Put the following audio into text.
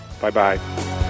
Bye-bye